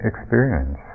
experience